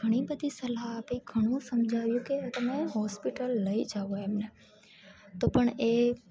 ઘણી બધી સલાહ આપી ઘણું સમજાવ્યું કે તમે હોસ્પિટલ લઈ જાઓ એમને તો પણ એ